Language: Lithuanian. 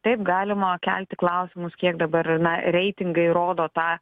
taip galima kelti klausimus kiek dabar ir na reitingai rodo tą